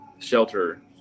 shelter